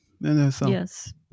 yes